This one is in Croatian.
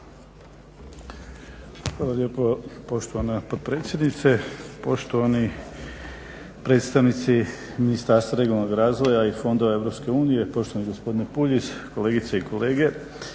Hvala lijepo poštovana potpredsjednice, poštovani predstavnici Ministarstva regionalnog razvoja i fondova EU poštovani gospodine Puljiz, kolegice i kolege.